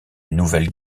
nouvelles